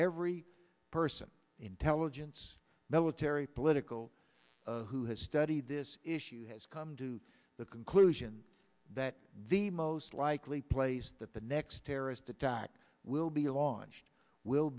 every person intelligence military political who has studied this issue has come to the conclusion that the most likely place that the next terrorist attack will be launched will